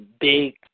big